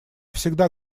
всегда